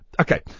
okay